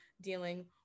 dealing